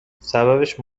سببش